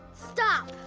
stop.